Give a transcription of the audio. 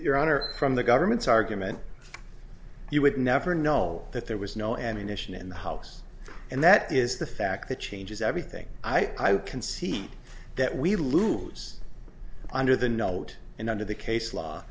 honor from the government's argument you would never know that there was no ammunition in the house and that is the fact that changes everything i can see that we lose under the note and under the case law